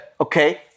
Okay